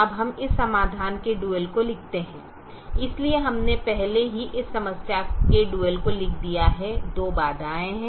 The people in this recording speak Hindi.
अब हम इस समस्या के डुअल को लिखते हैं इसलिए हमने पहले ही इस समस्या के डुअल को लिख दिया है 2 बाधाए हैं